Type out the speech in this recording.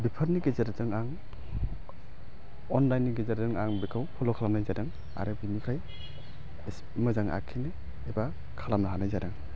बेफोरनि गेजेरजों आं अनलाइन नि गेजेरजों आं बेखौ फल' खालामनाय जादों आरो बेनिफ्राइ मोजां आखिनो एबा खालामनो हानाय जादों